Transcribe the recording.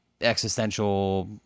existential